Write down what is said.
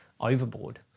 overboard